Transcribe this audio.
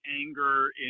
anger